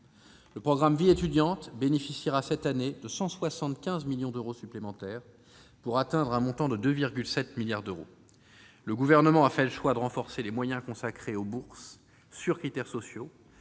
Le programme « Vie étudiante » bénéficiera l'année prochaine de 175 millions d'euros supplémentaires, pour atteindre un montant de 2,7 milliards d'euros. Le Gouvernement a fait le choix de renforcer les moyens consacrés aux bourses sur critères sociaux,